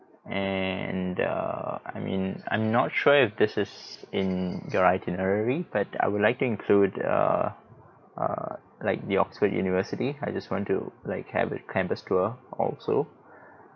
and err I mean I'm not sure if this is in your itinerary but I would like to include a uh like the oxford university I just want to like have a campus tour also